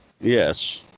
Yes